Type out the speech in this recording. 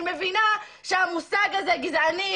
אני מבינה שהמושג הזה גזען,